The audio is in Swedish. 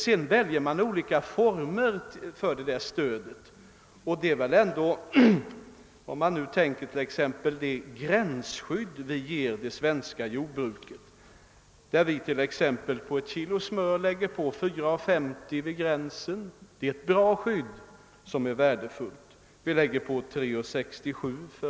Sedan väljer man olika former för detta stöd. Det gränsskydd som . vi ger det svenska jordbruket, när vi t.ex. på ett kilo smör lägger på 4:50 kr. vid gränsen, är ett bra och värdefullt skydd. Vi lägger på 3:67 kr.